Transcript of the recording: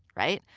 right?